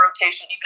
rotation